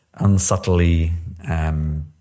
unsubtly